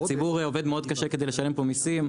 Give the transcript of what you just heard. הציבור עובד מאוד קשה כדי לשלם פה מיסים.